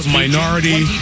minority